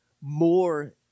more